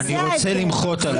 את רוצה לבטל את הייעוץ המשפטי.